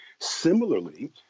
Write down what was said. Similarly